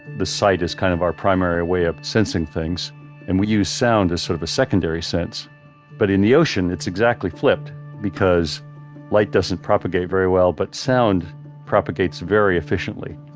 the sight is kind of our primary way of sensing things and we use sound as sort of a secondary sense but in the ocean, it's exactly flipped because light doesn't propagate very well but sound propagates very efficiently